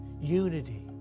unity